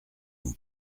mon